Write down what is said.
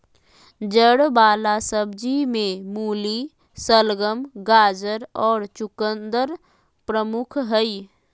जड़ वला सब्जि में मूली, शलगम, गाजर और चकुंदर प्रमुख हइ